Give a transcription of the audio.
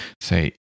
say